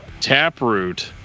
Taproot